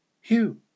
Hugh